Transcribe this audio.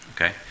Okay